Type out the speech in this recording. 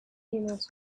emails